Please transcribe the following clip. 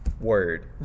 word